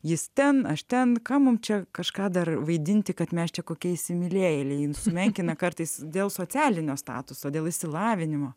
jis ten aš ten ką mums čia kažką dar vaidinti kad mes čia kokie įsimylėjėliai sumenkina kartais dėl socialinio statuso dėl išsilavinimo